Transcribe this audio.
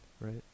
Right